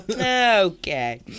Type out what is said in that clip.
Okay